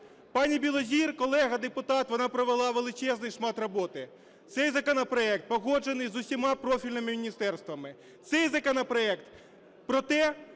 Пані Білозір, колега-депутат, вона провела величезний шмат роботи. Цей законопроект погоджений з усіма профільними міністерствами, цей законопроект про те,